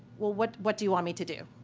well what what do you want me to do?